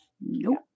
Nope